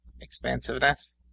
expansiveness